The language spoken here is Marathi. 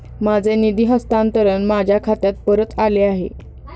माझे निधी हस्तांतरण माझ्या खात्यात परत आले आहे